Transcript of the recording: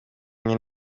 yishe